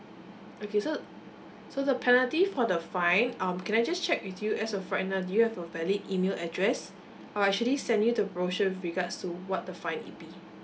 okay so so the penalty for the fine um can I just check with you as a friend uh do you have a valid email address I'll actually send you the brochure with regards to what the fine it be